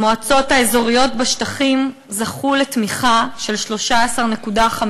המועצות האזוריות בשטחים זכו לתמיכה של 13.5